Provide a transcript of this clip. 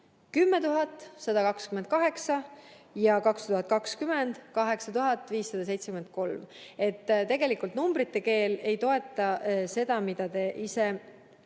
10 128 ja 2020 – 8573. Nii et tegelikult numbrite keel ei toeta seda, mida te